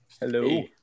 hello